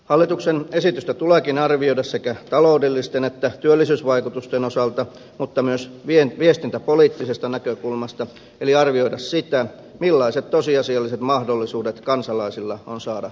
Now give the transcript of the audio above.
hallituksen esitystä tuleekin arvioida sekä talous että työllisyysvaikutusten osalta mutta myös viestintäpoliittisesta näkökulmasta eli arvioida sitä millaiset tosiasialliset mahdollisuudet kansalaisilla on saada tietoa